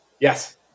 Yes